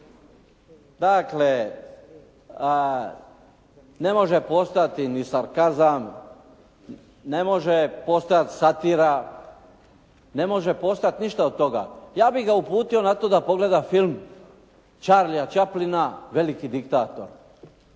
Dakle ne može postojati ni sarkazam, ne može postojati satira, ne može postojati ništa od toga. Ja bih ga uputio na to da pogleda film Charlia Chaplina «Veliki diktator».